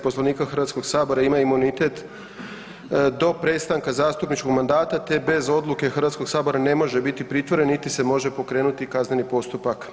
Poslovnika HS-a ima imunitet do prestanka zastupničkog mandata te bez odluke HS-a ne može biti pritvoren niti se može pokrenuti kazneni postupak.